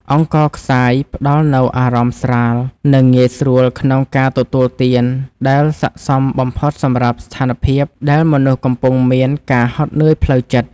អង្ករខ្សាយផ្តល់នូវអារម្មណ៍ស្រាល និងងាយស្រួលក្នុងការទទួលទានដែលសក្តិសមបំផុតសម្រាប់ស្ថានភាពដែលមនុស្សកំពុងមានការហត់នឿយផ្លូវចិត្ត។